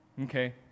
okay